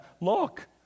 Look